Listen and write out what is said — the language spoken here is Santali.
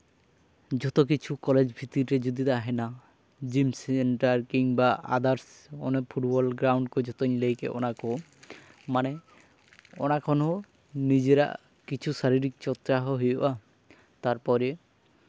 ᱡᱷᱚᱛᱚ ᱠᱤᱪᱷᱩ ᱠᱚᱞᱮᱡᱽ ᱵᱷᱤᱛᱨᱤ ᱨᱮ ᱡᱩᱫᱤ ᱛᱟᱦᱮᱱᱟ ᱡᱤᱢ ᱥᱮᱱᱴᱟᱨ ᱠᱤᱢᱵᱟ ᱟᱫᱟᱨᱥ ᱚᱱᱟ ᱯᱷᱩᱴᱜᱨᱟᱩᱱᱰ ᱠᱚ ᱡᱷᱚᱛᱚᱧ ᱞᱟᱹᱭ ᱠᱮᱜ ᱚᱱᱟ ᱠᱚ ᱢᱟᱱᱮ ᱚᱱᱟ ᱠᱷᱚᱱ ᱦᱚᱸ ᱱᱤᱡᱮᱨᱟᱜ ᱠᱤᱪᱷᱩ ᱥᱟᱨᱤᱨᱤᱠ ᱪᱚᱨᱪᱟ ᱦᱚᱸ ᱦᱩᱭᱩᱜᱼᱟ ᱛᱟᱨᱯᱚᱨᱮ